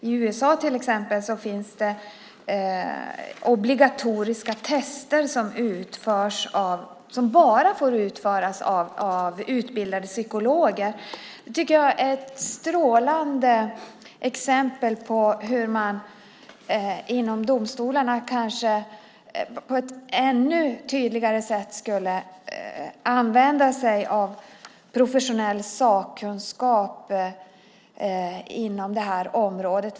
I till exempel USA finns det obligatoriska tester som bara får utföras av utbildade psykologer. Det tycker jag är ett strålande exempel på hur man inom domstolarna på ett kanske ännu tydligare sätt skulle använda sig av professionell sakkunskap inom detta område.